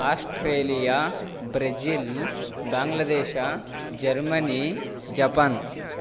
Australia Brazil Bangladesh Germany Japan